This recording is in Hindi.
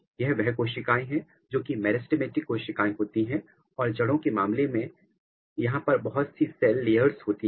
यह वह कोशिकाएं है जोकि मेरिस्टमैटिक कोशिकाएं होती हैं और जड़ों के मामले में यहां पर बहुत सी सेल लेयर्स होती हैं